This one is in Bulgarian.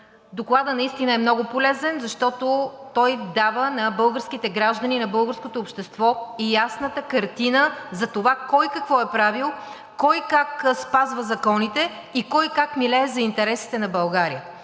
докладът наистина е много полезен, защото той дава на българските граждани, на българското общество ясната картина за това кой какво е правил, кой как спазва законите и кой как милее за интересите на България.